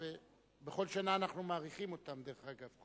בכל שנה אנחנו מאריכים אותן, דרך אגב.